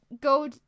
go